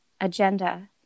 agenda